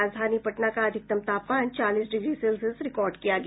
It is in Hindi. राजधानी पटना का अधिकतम तापमान चालीस डिग्री सेल्सियस रिकार्ड किया गया